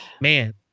man